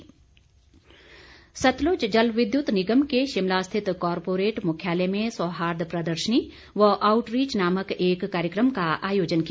SJVN Sutlej जलविद्युत निगम के शिमला स्थित कारपोरेट मुख्यालय में सौहार्द प्रदर्शनी व आउटरीच नामक एक कार्यक्रम का आयोजन किया